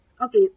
okay